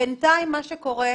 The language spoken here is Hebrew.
בינתיים מה שקורה,